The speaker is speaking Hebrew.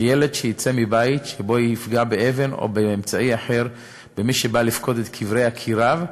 שילד שיצא מבית ויפגע באבן או באמצעי אחר במי שבא לפקוד את קברי יקיריו,